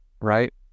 right